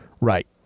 Right